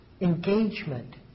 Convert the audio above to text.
engagement